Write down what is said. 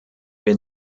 wir